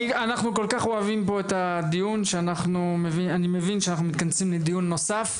אנחנו כל כך אוהבים את הדיון ולכן אני מבין שאנחנו מתכנסים לדיון נוסף.